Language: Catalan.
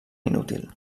inútil